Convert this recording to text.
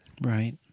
Right